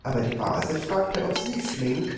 aber die base fragte auch sie flink